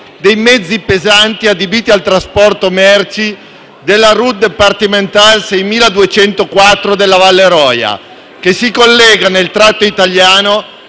dei mezzi pesanti adibiti al trasporto merci sulla *route départementale* 6204 della Val Roia, che si collega, nel tratto italiano,